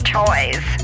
toys